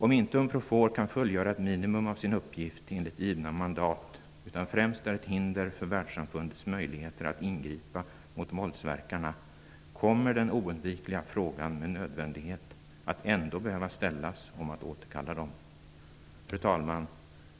Om inte UNPROFOR kan fullgöra ett minimum av sin uppgift enligt givna mandat, utan främst är ett hinder för världssamfundets möjligheter att ingripa mot våldsverkarna, kommer den oundvikliga frågan med nödvändighet ändå att behöva ställas om att återkalla dem. Fru talman!